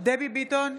דבי ביטון,